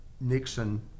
Nixon